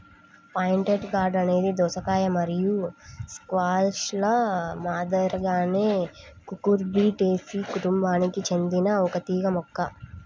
pointed gourd అనేది దోసకాయ మరియు స్క్వాష్ల మాదిరిగానే కుకుర్బిటేసి కుటుంబానికి చెందిన ఒక తీగ మొక్క